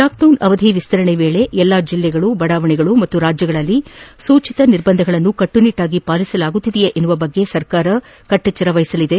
lockdown ಅವದಿ ವಿಸ್ತರಣೆ ವೇಳೆ ಎಲ್ಲಾ ಜಿಲ್ಲೆಗಳು ಬಡಾವಣೆಗಳು ಮತ್ತು ರಾಜ್ಗಳಲ್ಲಿ ಸೂಚಿತ ನಿರ್ಬಂಧಗಳನ್ನು ಕಟ್ಟುನಿಟ್ಟಾಗಿ ಪಾಲಿಸಲಾಗುತ್ತಿದೆಯೇ ಎನ್ನುವ ಬಗ್ಗೆ ಸರ್ಕಾರ ಸತತ ಗಮನಿಸಲಿದೆ